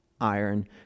iron